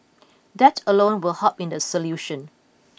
that alone will help in the solution